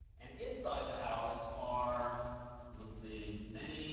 and inside the house are let's say many